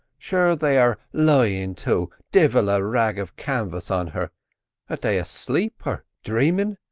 sure, they are lyin' to divil a rag of canvas on her are they aslape or dhramin'?